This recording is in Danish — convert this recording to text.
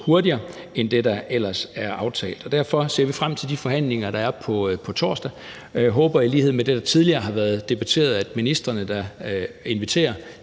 hurtigere, end der ellers er aftalt. Derfor ser vi frem til de forhandlinger, der er på torsdag. Jeg håber, ligesom det tidligere har været debatteret, at de ministre, der inviterer,